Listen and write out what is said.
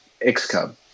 X-Cub